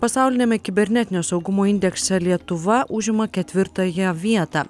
pasauliniame kibernetinio saugumo indekse lietuva užima ketvirtąją vietą